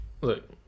look